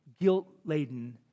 guilt-laden